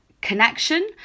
connection